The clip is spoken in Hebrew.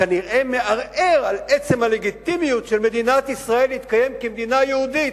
שכנראה מערער על עצם הלגיטימיות של מדינת ישראל להתקיים כמדינה יהודית,